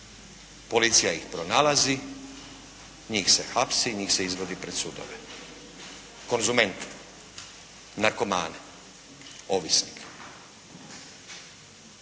policija ih pronalazi, njih se hapsi, njih se izvodi pred sudove. Konzumente, narkomane, ovisnike.